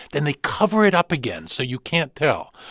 then they cover it up again, so you can't tell.